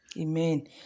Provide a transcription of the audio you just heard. Amen